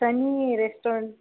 sunny restaurant